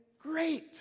great